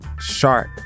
sharp